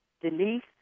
Denise